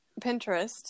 Pinterest